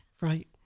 right